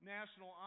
National